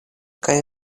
kaj